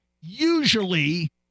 Usually